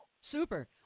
Super